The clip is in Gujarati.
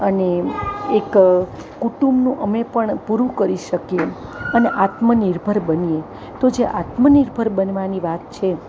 અને એક કુટુંબનું અમે પણ પૂરું કરી શકીએ અને આત્મનિર્ભર બનીએ તો જે આત્મનિર્ભર બનવાની વાત છે